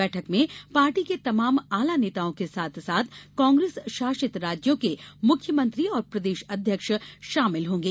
बैठक में पार्टी के तमाम आला नेताओं के साथ साथ कांग्रेस शासित राज्यों के मुख्यमंत्री और प्रदेश अध्यक्ष शामिल होंगे